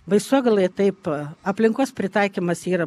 baisogaloje taip pat aplinkos pritaikymas yra